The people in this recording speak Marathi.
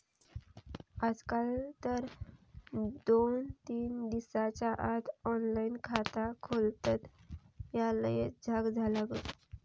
आजकाल तर दोन तीन दिसाच्या आत ऑनलाइन खाता खोलतत, ह्या लयच झ्याक झाला बघ